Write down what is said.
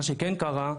מה שכן קרה,